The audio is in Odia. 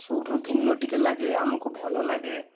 ସବୁଠୁ ଭିନ୍ନ ଟିକେ ଲାଗେ ଆମକୁ ଭଲ ଲାଗେ